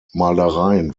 malereien